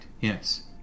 yes